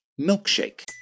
milkshake